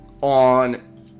on